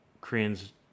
Koreans